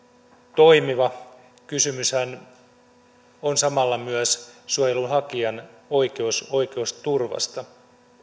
toimiva kysymyshän on samalla myös suojelun hakijan oikeusturvasta